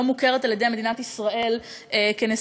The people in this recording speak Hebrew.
לא מוכרת על-ידי מדינת ישראל כנשואה,